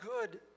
good